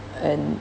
and